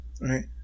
Right